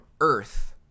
Earth